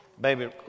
Baby